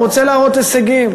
הוא רוצה להראות הישגים.